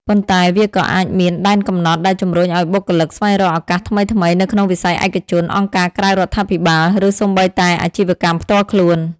ប៉ុន្តែវាក៏អាចមានដែនកំណត់ដែលជំរុញឱ្យបុគ្គលស្វែងរកឱកាសថ្មីៗនៅក្នុងវិស័យឯកជន អង្គការក្រៅរដ្ឋាភិបាល ឬសូម្បីតែអាជីវកម្មផ្ទាល់ខ្លួន។